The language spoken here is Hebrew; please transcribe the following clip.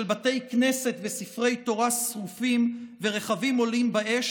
של בתי כנסת וספרי תורה שרופים ורכבים עולים באש,